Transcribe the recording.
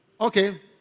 Okay